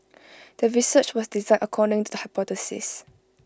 the research was designed according to the hypothesis